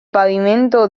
pavimento